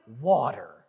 water